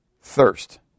thirst